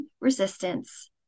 resistance